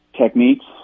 techniques